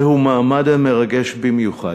זהו מעמד מרגש במיוחד.